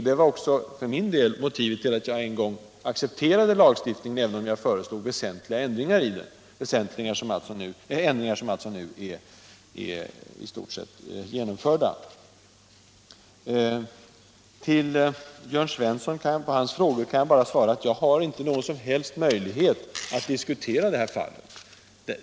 Det var också för min del motivet till att jag en gång accepterade lagstiftningen, även om jag föreslog väsentliga ändringar i den — ändringar som nu alltså i stort sett är genomförda. På Jörn Svenssons frågor kan jag bara svara att jag inte har någon som helst möjlighet att diskutera det här fallet.